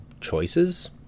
choices